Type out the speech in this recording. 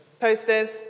Posters